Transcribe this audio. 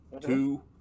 Two